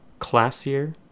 classier